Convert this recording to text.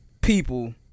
people